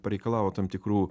pareikalavo tam tikrų